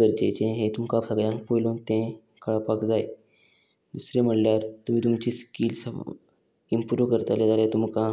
गरजेचें हें तुमकां सगळ्यांक पयलू तें कळपाक जाय दुसरें म्हणल्यार तुमी तुमचे स्किल्स इम्प्रूव करतले जाल्यार तुमकां